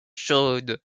chaudes